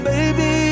Baby